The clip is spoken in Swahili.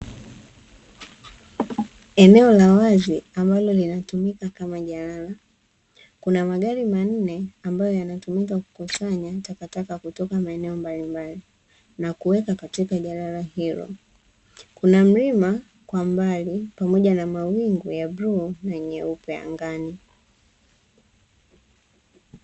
Eneo la wazi ambalo linatumika kama jalala. Kuna magari manne ambayo yanatumika kukusanya takataka kutoka maeneo mbalimbali na kuweka katika jalala hilo. Kuna mlima kwa mbali pamoja na mawingu ya bluu na nyeupe angani.